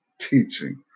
teaching